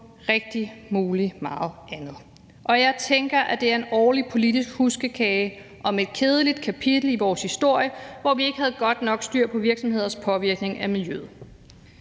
alt muligt andet. Og jeg tænker, at det er en årlig politisk huskekage om et kedeligt kapitel i vores historie, hvor vi ikke havde godt nok styr på virksomheders påvirkning af miljøet